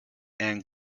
and